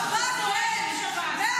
השב"כ, כן.